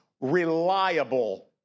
reliable